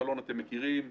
אתם מכירים את מפקדת אלון,